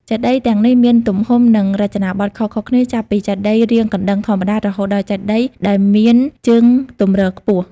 ចេតិយទាំងនេះមានទំហំ និងរចនាបថខុសៗគ្នា ចាប់ពីចេតិយរាងកណ្តឹងធម្មតា រហូតដល់ចេតិយដែលមានជើងទម្រខ្ពស់។